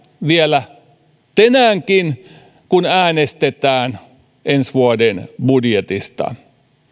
vielä tänäänkin kun äänestetään ensi vuoden budjetista